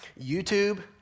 YouTube